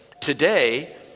today